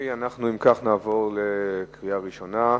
אם כך, נעבור לקריאה ראשונה.